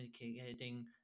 communicating